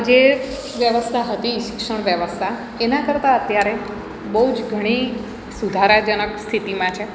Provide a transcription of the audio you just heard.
જે વ્યવસ્થા હતી શિક્ષણ વ્યવસ્થા એના કરતાં અત્યારે બહુ જ ઘણી સુધારાજનક સ્થિતિમાં છે